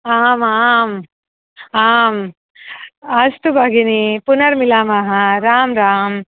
आम् आम् आम् अस्तु भगिनि पुनर्मिलामः राम् राम्